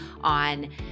on